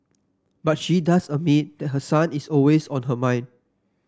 but she does admit that her son is always on her mind